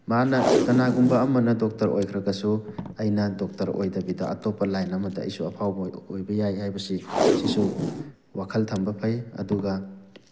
ꯃꯥꯅ ꯀꯅꯥꯒꯨꯝꯕ ꯑꯃꯅ ꯗꯣꯛꯇꯔ ꯑꯣꯏꯈ꯭ꯔꯒꯁꯨ ꯑꯩꯅ ꯗꯣꯛꯇꯔ ꯑꯣꯏꯗꯕꯤꯗ ꯑꯇꯣꯞꯄ ꯂꯥꯏꯟ ꯑꯃꯗ ꯑꯩꯁꯨ ꯑꯐꯥꯎꯕ ꯑꯣꯏꯕ ꯌꯥꯏ ꯍꯥꯏꯕꯁꯤ ꯁꯤꯁꯨ ꯋꯥꯈꯜ ꯊꯝꯕ ꯐꯩ ꯑꯗꯨꯒ